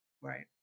right